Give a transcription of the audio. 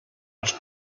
als